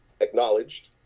acknowledged